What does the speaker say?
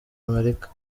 amerika